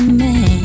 man